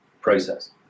process